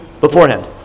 beforehand